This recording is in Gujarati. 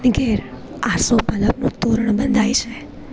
ને ઘેર આસોપાલવનું તોરણ બંધાય છે